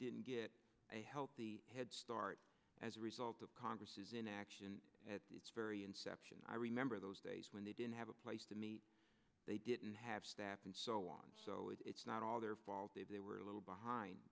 didn't get a healthy head start as a result of congress's inaction at its very inception i remember those days when they didn't have a place to meet they didn't have staff and so on so it's not all their fault they were a little behind